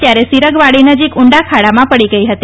ત્યારે સિરગવાડી નજીક બસ ઉંડા ખાડામાં પડી ગઇ હતી